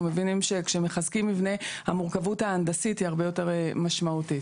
אנחנו מבינים שכשמחזקים מבנה המורכבות ההנדסית היא הרבה יותר משמעותית.